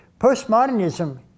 Postmodernism